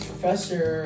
Professor